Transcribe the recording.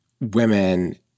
women